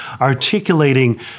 articulating